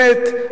באמת,